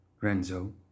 Renzo